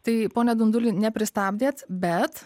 tai pone dunduli nepristabdėt bet